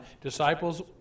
Disciples